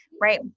right